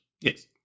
Yes